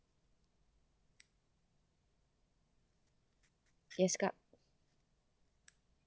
yes kak